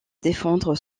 défendre